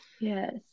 yes